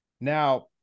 Now